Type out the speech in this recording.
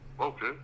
Okay